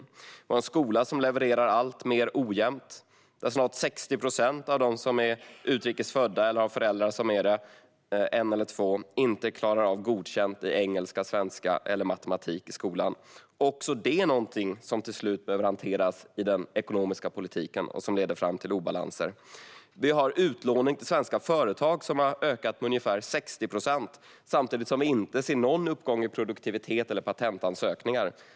Vi har en skola som levererar alltmer ojämnt. Snart 60 procent av dem som är utrikes födda, eller som har utrikes födda föräldrar, klarar inte godkänt i engelska, svenska eller matematik i skolan. Också detta är någonting som till slut behöver hanteras i den ekonomiska politiken och som leder fram till obalanser. Utlåningen till svenska företag har ökat med ungefär 60 procent. Samtidigt ser man inte någon uppgång i produktivitet eller patentansökningar.